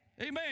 Amen